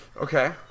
Okay